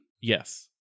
Yes